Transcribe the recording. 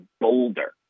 boulder